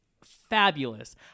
fabulous